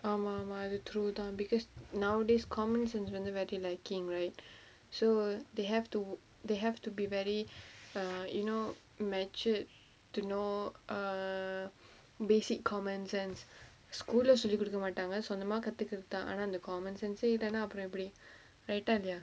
ஆமா ஆமா அது:aamaa aamaa athu true தா:thaa because nowadays common sense வந்து:vanthu very lacking right so they have to they have to be very err you know match uh it to know a basic common sense school lah சொல்லி குடுக்க மாட்டாங்க சொந்தமா கத்துகிட்டுதா ஆனா அந்த:solli kudukka maattaanga sonthamaa kathukittuthaa aanaa antha common sense eh இல்லனா அப்புறம் எப்டி:illanaa appuram epdi right ah இல்லயா:illayaa